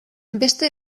beste